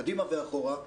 קדימה ואחורה,